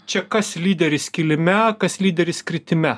čia kas lyderis kilime kas lyderis kritime